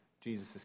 Jesus